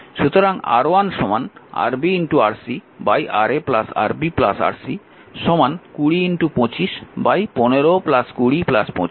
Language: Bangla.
সুতরাং R1 Rb Rc Ra Rb Rc 20 25 15 20 25